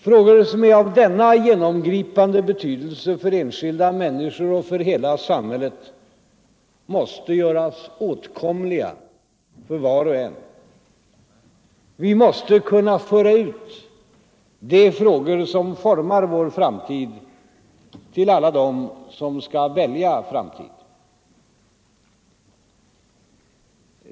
Frågor som är av denna genomgripande betydelse för enskilda människor och för hela samhället måste göras åtkomliga för var och en. Vi måste kunna föra ut de frågor som formar vår framtid till alla dem som skall välja framtid.